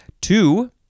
Two